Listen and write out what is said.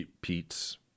Pete's